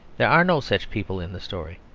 there are no such people in the story.